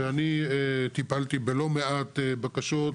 ואני טיפלתי בלא מעט בקשות,